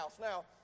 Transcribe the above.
Now